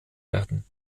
werden